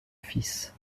fils